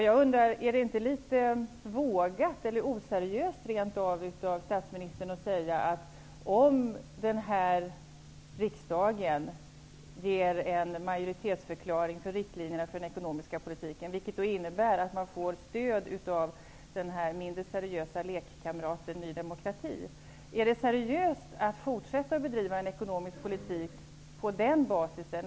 Jag undrar: Är det inte litet vågat eller rent av oseriöst av statsministern att säga att om riksdagen avger en majoritetsförklaring avseende riktlinjerna för den ekonomiska politiken, vilket innebär att man får stöd av den mindre seriösa lekkamraten Ny demokrati, då kommer regeringen att på den basisen fortsätta att bedriva en ekonomisk politik?